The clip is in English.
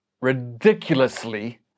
ridiculously